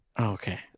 okay